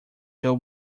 joe